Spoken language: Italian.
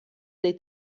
dei